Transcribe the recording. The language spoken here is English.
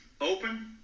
open